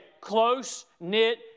close-knit